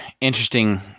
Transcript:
interesting